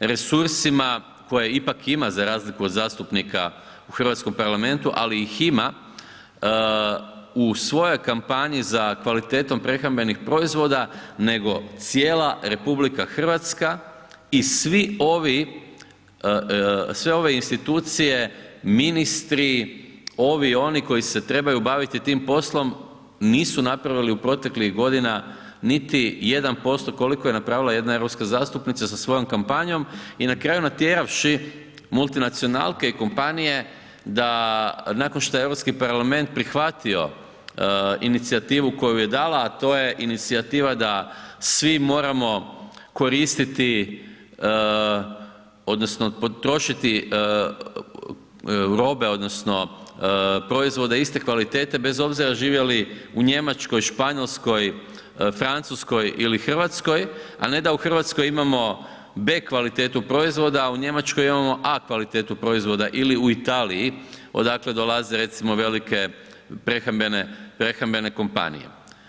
resursima koje ipak ima za razliku od zastupnika u Hrvatskom parlamentu, ali ih ima, u svojoj kampanji za kvalitetom prehrambenih proizvod nego cijela RH i svi ovi, sve ove institucije, ministri, ovi, oni koji se trebaju baviti tim poslom nisu napravili u proteklih godina koliko je napravila jedna europska zastupnica sa svojom kampanjom i na kraju natjeravši multinacionalke i kompanije da nakon što je Europski parlament prihvatio inicijativu koju je dala, a to je inicijativa da svi moramo koristiti odnosno potrošiti robe odnosno proizvode iste kvalitete bez obzira živjeli u Njemačkoj, Španjolskoj, Francuskoj ili Hrvatskoj, a ne da u Hrvatskoj imamo B kvalitetu proizvoda, a u Njemačkoj imamo A kvalitetu proizvoda ili u Italiji odakle dolaze recimo velike prehrambene, prehrambene kompanije.